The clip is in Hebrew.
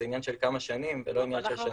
זה עניין של כמה שנים ולא עניין של שנה-שנתיים.